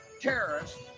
terrorists